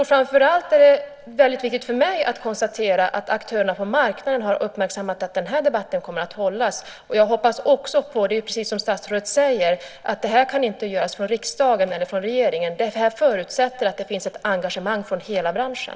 Framför allt är det väldigt viktigt för mig att konstatera att aktörerna på marknaden har uppmärksammat att den här debatten kommer att hållas. Jag hoppas också på, precis som statsrådet säger, en insikt om att det här inte kan göras från riksdagen eller från regeringen. Det här förutsätter att det finns ett engagemang från hela branschen.